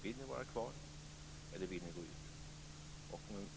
Vill ni vara kvar eller vill ni gå ur?